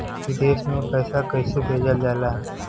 विदेश में पैसा कैसे भेजल जाला?